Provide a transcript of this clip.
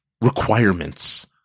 requirements